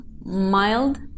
mild